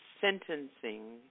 sentencing